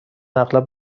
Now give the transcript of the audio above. اغلب